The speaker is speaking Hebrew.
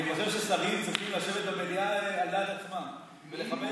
אני חושב ששרים צריכים לשבת במליאה על דעת עצמם ולכבד,